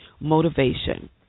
motivation